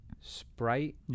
Sprite